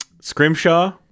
Scrimshaw